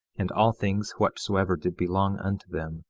and all things whatsoever did belong unto them